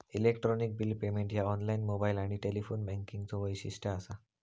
electronic bill payment ह्या online, mobile आणि telephone बँकिंगचो वैशिष्ट्य असा